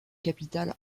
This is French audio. capital